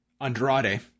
Andrade